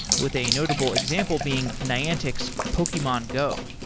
with a notable example being niantic's pokemen go.